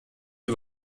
die